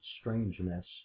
strangeness